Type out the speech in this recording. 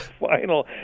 final